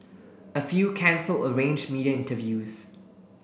a few cancel arrange media interviews